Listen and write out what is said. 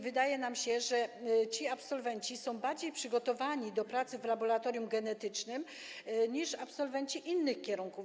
Wydaje nam się, że ci absolwenci są bardziej przygotowani do pracy w laboratorium genetycznym niż absolwenci innych kierunków.